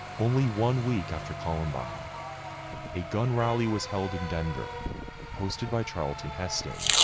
only one week after columbine a gun rally was held in denver hosted by charlton heston.